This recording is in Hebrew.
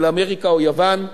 אמריקה, יוון,